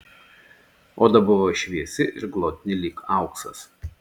oda buvo šviesi ir glotni lyg auksas